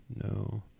No